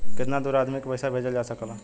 कितना दूर आदमी के पैसा भेजल जा सकला?